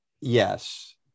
Yes